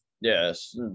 Yes